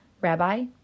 Rabbi